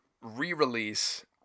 re-release